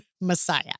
Messiah